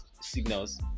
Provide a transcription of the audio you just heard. signals